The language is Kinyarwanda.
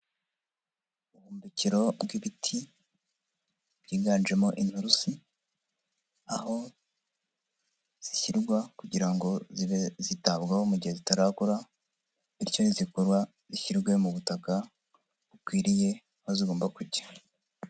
Ubuhumbikiro bw'ibiti byiganjemo inturusi, aho zishyirwa kugira ngo zitabwaho mu gihe zitarakura, bityo nizikura zishyirwe mu butaka bukwiriye, aho zigomba kujya.